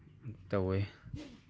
ꯇꯧꯋꯤ